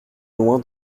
loin